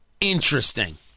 interesting